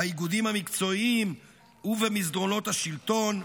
באיגודים המקצועיים ובמסדרונות השלטון,